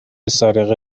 سارق